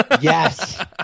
Yes